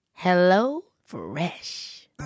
HelloFresh